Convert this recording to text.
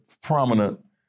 prominent